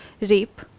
rape